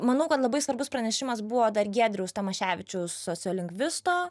manau kad labai svarbus pranešimas buvo dar giedriaus tamaševičiaus sociolingvisto